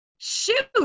Shoot